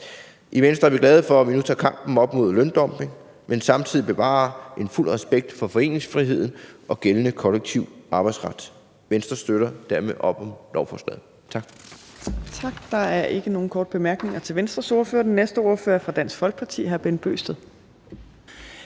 I Venstre er vi glade for, at vi nu tager kampen op mod løndumping, men samtidig bevarer en fuld respekt for foreningsfriheden og gældende kollektiv arbejdsret. Venstre støtter dermed op om lovforslaget. Tak.